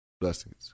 Blessings